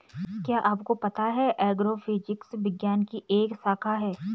क्या आपको पता है एग्रोफिजिक्स विज्ञान की एक शाखा है?